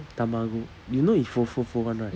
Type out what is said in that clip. tamago you know you fold fold fold [one] right